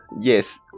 Yes